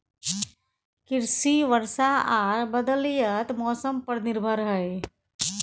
कृषि वर्षा आर बदलयत मौसम पर निर्भर हय